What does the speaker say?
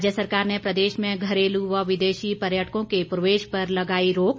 राज्य सरकार ने प्रदेश में घरेलू व विदेशी पर्यटकों के प्रवेश पर लगाई रोक